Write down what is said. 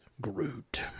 Groot